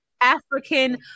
African